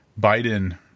Biden